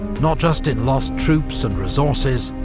not just in lost troops and resources,